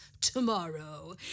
tomorrow